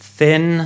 thin